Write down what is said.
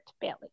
Bailey